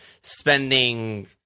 spending